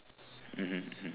mmhmm mmhmm